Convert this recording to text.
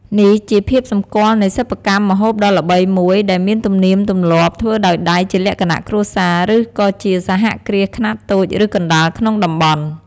នេះជាភាពសម្គាល់នៃសិប្បកម្មម្ហូបដ៏ល្បីមួយ ដែលមានទំនៀមទម្លាប់ធ្វើដោយដៃជាលក្ខណៈគ្រួសារឬក៏ជាសហគ្រាសខ្នាតតូចឬកណ្ដាលក្នុងតំបន់។